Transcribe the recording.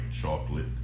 chocolate